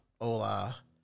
hola